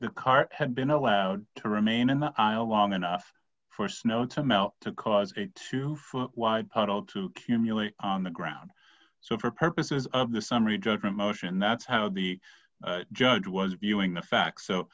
the cart had been allowed to remain in the aisle long enough for snow to melt to cause a two foot wide puddle to cumulate on the ground so for purposes of the summary judgment motion that's how the judge was viewing the facts so